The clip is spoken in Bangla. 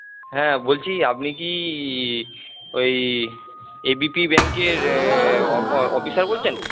হ্যাঁ বলছি আপনি কি ওই এ বি পি ব্যাংকের অফিসার বলছেন